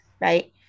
right